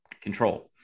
Control